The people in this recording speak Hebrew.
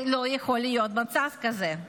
לא יכול להיות מצב כזה.